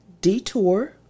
detour